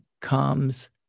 comes